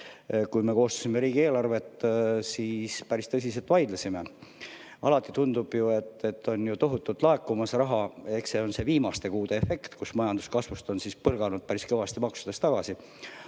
kui me koostasime riigieelarvet, me päris tõsiselt vaidlesime [selle asja üle]. Alati tundub ju, et on tohutult raha laekumas, see on see viimaste kuude efekt, kus majanduskasvust on põrganud päris kõvasti maksudest tagasi,